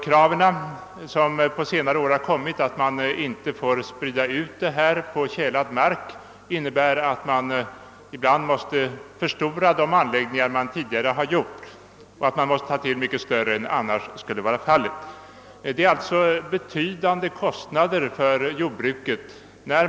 Kraven på att dessa ämnen inte får spridas ut på tjälad mark innebär att jordbrukarna ibland måste förstora redan befintliga anläggningar och vid nybyggnader ta till dem större än som annars hade varit nödvändigt. Detta medför betydande kostnader för jordbruket.